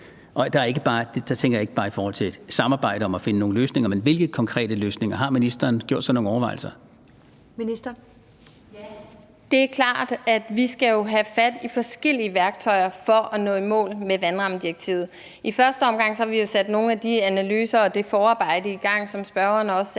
Miljøministeren (Lea Wermelin): Ja, det er klart, at vi jo skal have fat i forskellige værktøjer for at nå i mål med vandrammedirektivet. I første omgang har vi jo sat nogle af de analyser og det forarbejde i gang, som spørgeren også er